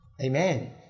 Amen